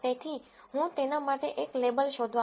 તેથી હું તેના માટે એક લેબલ શોધવા માંગું છું